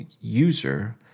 user